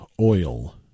oil